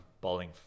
bowling